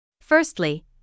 Firstly